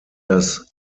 das